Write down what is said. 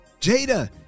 Jada